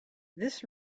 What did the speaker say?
this